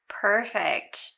Perfect